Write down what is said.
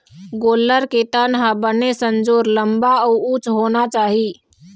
गोल्लर के तन ह बने संजोर, लंबा अउ उच्च होना चाही